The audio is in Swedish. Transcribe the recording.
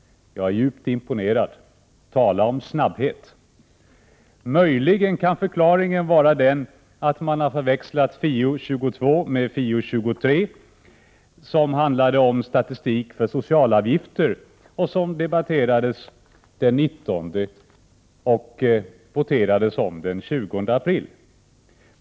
Jag är djupt imponerad — tala om snabbhet! Möjligen kan förklaringen vara den att man har förväxlat FiU22 med FiU23, som handlade om statistik för socialavgifter och som debatterades den 19 april och voterades den 20.